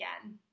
again